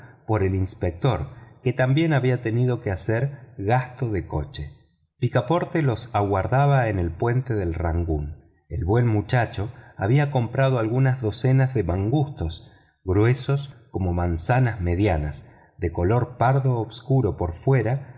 por el inspector que también había tenido que hacer gasto de coche picaporte los aguardaba en el puente del rangoon el buen muchacho había comprado algunas docenas de mangustos gruesos como manzanas medianas de color pardo oscuro por fuera